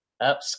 Up